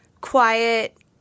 quiet